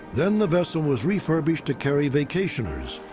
then the vessel was refurbished to carry vacationers.